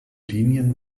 linien